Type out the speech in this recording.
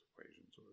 equations